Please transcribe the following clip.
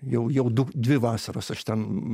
jau jau du dvi vasaras aš ten